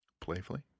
Playfully